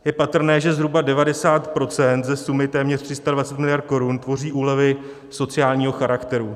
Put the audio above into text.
Je patrné, že zhruba 90 % ze sumy téměř 320 mld. korun tvoří úlevy sociálního charakteru.